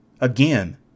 Again